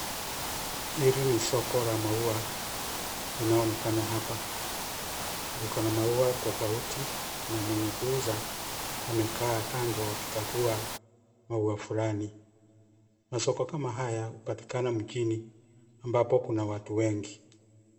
Hili ni soko la maua linaloonekana hapa. Likona maua tofauti na mwenye kuuza amekaa kando akikagua maua fulani. Masoko kama haya hupatikana mjini ambapo kuna watu wengi.